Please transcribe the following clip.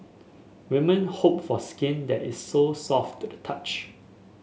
women hope for skin that is so soft to the touch